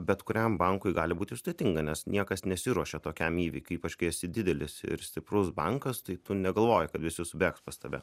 bet kuriam bankui gali būti sudėtinga nes niekas nesiruošia tokiam įvykiui ypač kai esi didelis ir stiprus bankas taip tu negalvoji kad visi subėgs pas tave